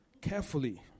carefully